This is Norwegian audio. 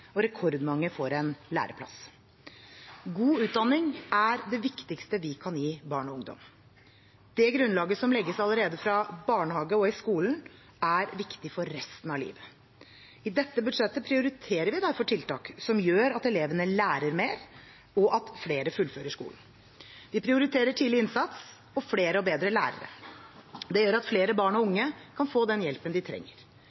og rekordmange får en læreplass. God utdanning er det viktigste vi kan gi barn og ungdom. Det grunnlaget som legges allerede fra barnehage og i skolen, er viktig for resten av livet. I dette budsjettet prioriterer vi derfor tiltak som gjør at elevene lærer mer, og at flere fullfører skolen. Vi prioriterer tidlig innsats og flere og bedre lærere. Det gjør at flere barn og unge kan få den hjelpen de trenger.